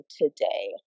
today